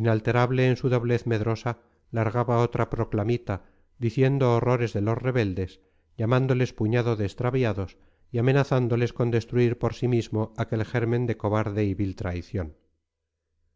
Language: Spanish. inalterable en su doblez medrosa largaba otra proclamita diciendo horrores de los rebeldes llamándoles puñado de extraviados y amenazándoles con destruir por sí mismo aquel germen de cobarde y vil traición